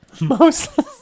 Mostly